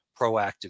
proactive